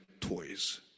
toys